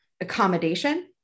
accommodation